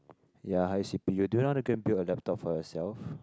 ya high C_P_U do you know how to a laptop for yourself